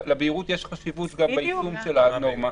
לבהירות יש חשיבות גם בעדכון של הנורמות,